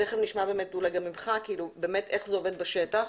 תכף נשמע איך זה עובד בשטח.